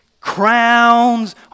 crowns